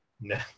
No